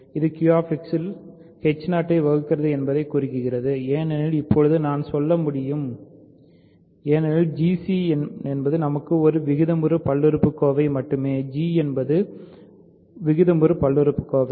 இது QX இல் ஐ வகுக்கிறது என்பதைக் குறிக்கிறது ஏனெனில் இப்போது நான் சொல்ல முடியும் ஏனெனில்gc நமக்கு ஒரு விகிதமுறு பல்லுறுப்புக்கோவை மட்டுமே g என்பது விகிதமுறு பல்லுறுப்புக்கோவை